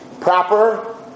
proper